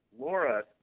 Laura